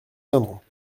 soutiendrons